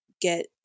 get